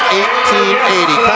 1880